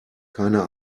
keine